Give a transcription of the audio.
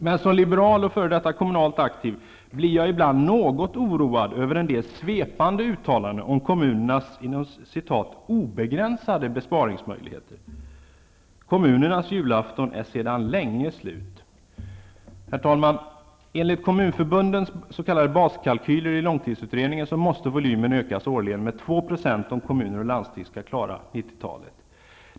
Men som liberal och f.d. kommunalt aktiv blir jag ibland något oroad över en del svepande uttalanden om kommunernas ''obegränsade besparingsmöjligheter''. Kommunernas julafton är sedan länge slut. Herr talman! Enligt kommunförbundens s.k. baskalkyler i långtidsutredningen måste volymen ökas årligen med 2 %, om kommuner och landsting skall klara 90-talet.